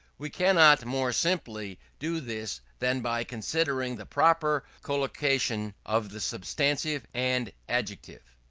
we cannot more simply do this than by considering the proper collocation of the substantive and adjective.